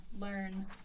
learn